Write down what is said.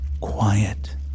quiet